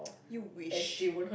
you wish